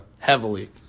heavily